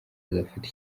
izafata